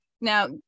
Now